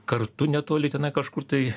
kartu netoli tenai kažkur tai